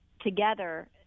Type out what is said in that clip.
together